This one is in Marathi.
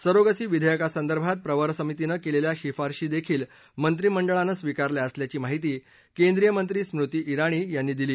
सरोगसी विधेयकासंदर्भात प्रवर समितीनं केलेल्या शिफारशीही मंत्रिमंडळानं स्वीकारल्या असल्याची माहिती केंद्रीय मंत्री स्मृती ज्ञाण यांनी दिली